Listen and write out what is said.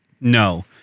no